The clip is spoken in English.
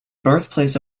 birthplace